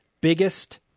biggest